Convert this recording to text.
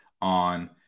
on